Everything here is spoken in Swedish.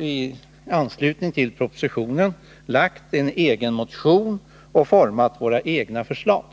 i anslutning till propositionen väckt en egen motion och format våra egna förslag.